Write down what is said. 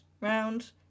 round